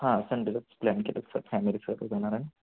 हां संडेलाचा प्लॅन केलं आहे सर फॅमिली सर्व जाणार आहे